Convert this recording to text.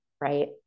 Right